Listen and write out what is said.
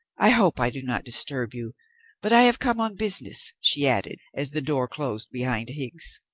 i hope i do not disturb you but i have come on business, she added, as the door closed behind higgs.